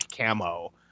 camo